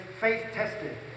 faith-tested